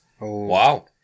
Wow